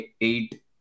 eight